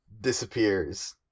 disappears